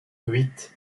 huit